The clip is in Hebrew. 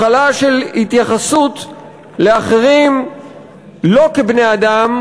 מחלה של התייחסות לאחרים לא כבני-אדם,